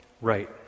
Right